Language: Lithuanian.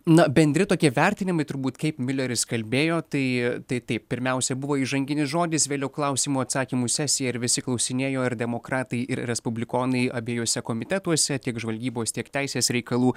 na bendri tokie vertinimai turbūt kaip miuleris kalbėjo tai tai taip pirmiausia buvo įžanginis žodis vėliau klausimų atsakymų sesija ir visi klausinėjo ar demokratai ir respublikonai abiejuose komitetuose tiek žvalgybos tiek teisės reikalų